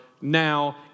now